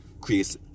creates